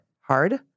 Hard